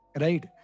Right